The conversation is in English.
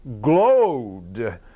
glowed